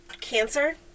Cancer